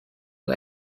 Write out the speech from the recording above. but